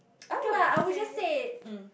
I would say mm